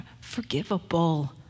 forgivable